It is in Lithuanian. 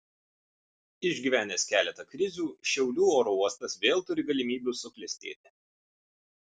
išgyvenęs keletą krizių šiaulių oro uostas vėl turi galimybių suklestėti